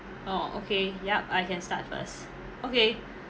oh okay yup I can start first okay